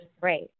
great